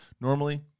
normally